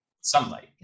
sunlight